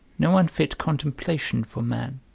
no unfit contemplation for man,